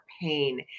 pain